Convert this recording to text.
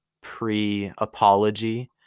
pre-apology